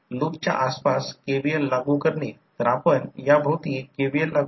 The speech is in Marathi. परंतु हा एक आयडियल ट्रान्सफॉर्मर आहे परंतु लोड RL तेथे XL आहे तेथे V2 देखील आहे